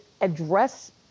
address